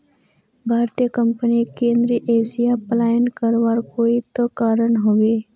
भारतीय कंपनीक केंद्रीय एशिया पलायन करवार कोई त कारण ह बे